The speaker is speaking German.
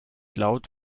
laut